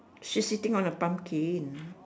she sitting on a pumpkin